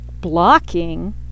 blocking